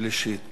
מי נגד?